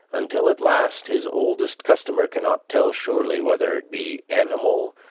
until at last his oldest customer cannot tell surely whether it be animal,